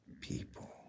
people